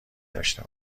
داشته